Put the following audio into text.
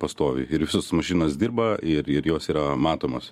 pastovi ir visos mašinos dirba ir ir jos yra matomos